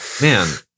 man